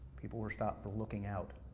people were stopped for looking out,